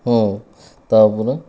ହଁ ତାପରେ